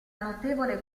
notevole